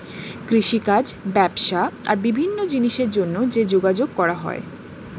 কৃষিকাজ, ব্যবসা আর বিভিন্ন জিনিসের জন্যে যে যোগাযোগ করা হয়